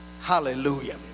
hallelujah